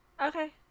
Okay